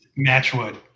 Matchwood